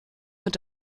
mit